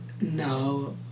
No